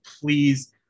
Please